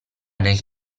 nel